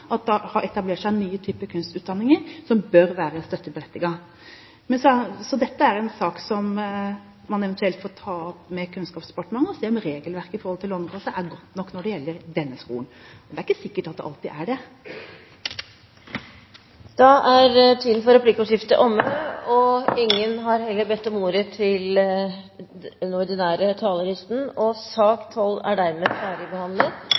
etablert seg nye typer kunstutdanninger som bør være støtteberettiget. Dette er en sak som man eventuelt får ta opp med Kunnskapsdepartementet og se om regelverket i Lånekassen er godt nok når det gjelder denne skolen. Men det er ikke sikkert at det alltid er det. Replikkordskiftet er omme. Flere har ikke bedt om ordet til sak nr. 12. Etter ønske fra familie- og